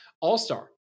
All-Star